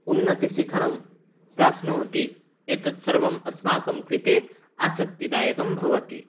उन्नतशिखरं प्राप्नोति एतत् सर्वम् अस्माकं कृते आसक्तिदायकं भवति